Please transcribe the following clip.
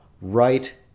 right